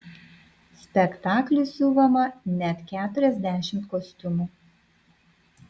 spektakliui siuvama net keturiasdešimt kostiumų